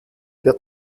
der